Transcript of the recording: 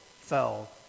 fell